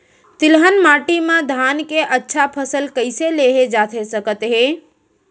तिलहन माटी मा धान के अच्छा फसल कइसे लेहे जाथे सकत हे?